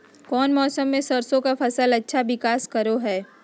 कौन मौसम मैं सरसों के फसल अच्छा विकास करो हय?